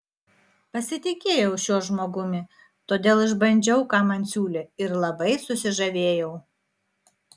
pasitikėjau šiuo žmogumi todėl išbandžiau ką man siūlė ir labai susižavėjau